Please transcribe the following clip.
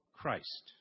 Christ